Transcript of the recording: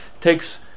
takes